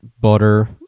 butter